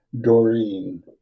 Doreen